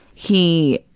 he,